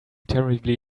terribly